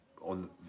on